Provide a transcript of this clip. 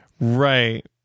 right